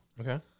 Okay